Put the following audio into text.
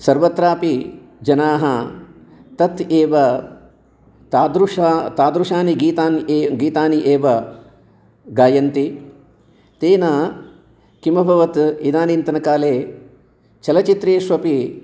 सर्वत्रापि जनाः तत् एव तादृशानि तादृशानि गीतानि ये गीतानि एव गायन्ति तेन किम् अभवत् इदानीन्तनकाले चलचित्रेश्वपि